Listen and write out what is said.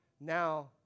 Now